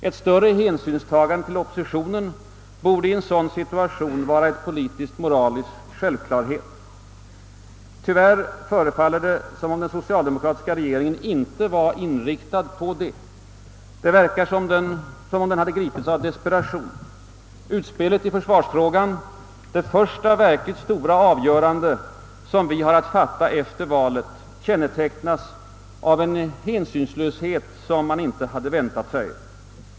Ett större hänsynstagande till oppositionen borde i en sådan situation vara en politisk-moralisk självklarhet. Tyvärr förefaller det som om den socialdemokratiska regeringen inte vore inriktad på detta. Det verkar som om den hade gripits av desperation. Utspelet i försvarsfrågan, det första verkligt stora avgörande som vi har att fatta efter valet, kännetecknas av en hänsynslöshet som man inte hade väntat sig.